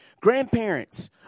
grandparents